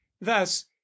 thus